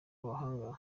abahanga